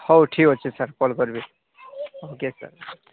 ହଉ ଠିକ ଅଛି ସାର୍ କଲ୍ କରିବି ଓ କେ ସାର୍